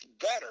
better